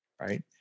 right